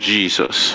Jesus